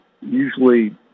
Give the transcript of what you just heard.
usually